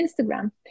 Instagram